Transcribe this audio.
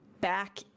back